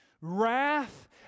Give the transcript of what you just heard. Wrath